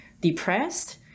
depressed